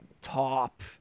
top